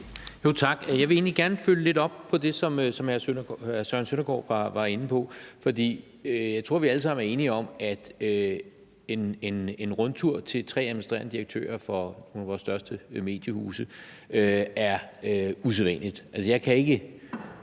Tak. Jeg vil egentlig gerne følge lidt op på det, som hr. Søren Søndergaard var inde på, for jeg tror, at vi alle sammen er enige om, at en rundtur til tre administrerende direktører for vores største mediehuse er usædvanligt.